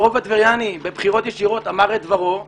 הרוב הטברייני בבחירות ישירות אמר את דברו ורבותיי,